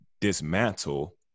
dismantle